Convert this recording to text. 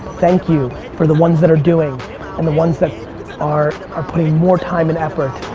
thank you for the ones that are doing and the ones that are are putting more time and effort.